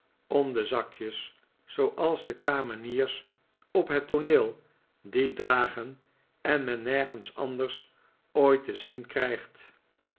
om de zakjes zooals de kameniers op het tooneel die dragen en men nergens anders ooit te zien krijgt